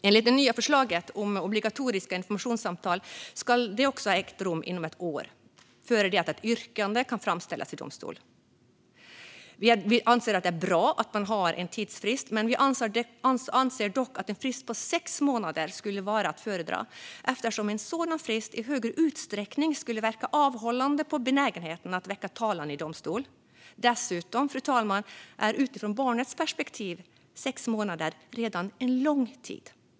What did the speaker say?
Enligt det nya förslaget om obligatoriska informationssamtal ska sådana ha ägt rum inom ett år före det att ett yrkande kan framställas i domstol. Vi anser att det är bra att man har en tidsfrist, men vi anser dock att en frist på sex månader skulle vara att föredra eftersom en sådan frist i större utsträckning skulle verka avhållande på benägenheten att väcka talan i domstol. Dessutom, fru talman, är redan sex månader utifrån barnets perspektiv en lång tid.